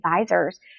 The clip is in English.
advisors